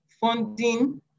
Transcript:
funding